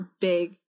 big